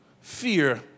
fear